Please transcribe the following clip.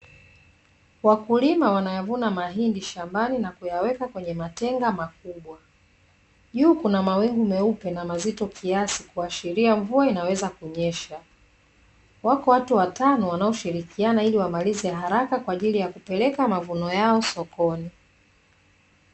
Wakulima wanayavuna mahindi shambani na kuyaweka kwenye matenga makubwa, juu kuna mawingu meupe na mazito kuashiria mvua inaweza kunyesha. Wako watu watano wanaoshirikiana ili wamalize haraka kwa ajili ya kupeleka mavuno yao sokoni.